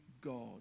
God